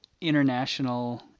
international